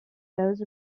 those